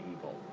evil